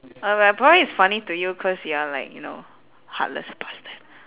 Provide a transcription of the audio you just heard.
ah well probably it's funny to you cause you're like you know heartless last time